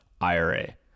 IRA